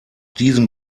diesem